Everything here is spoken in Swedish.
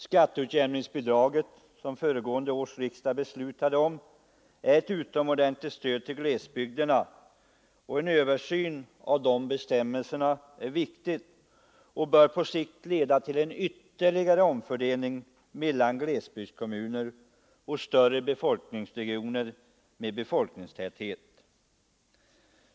Skatteutiämningsbidraget, som föregående års riksdag beslutade om, är ett utomordentligt stöd till glesbygderna, och en ytterligare översyn av bestämmelserna härom är viktig och bör på sikt leda till en ytterligare omfördelning mellan glesbygdskommuner och regioner med större befolkningstäthet.